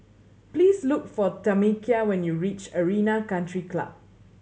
please look for Tamekia when you reach Arena Country Club